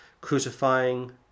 crucifying